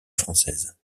française